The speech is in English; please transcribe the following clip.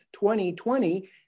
2020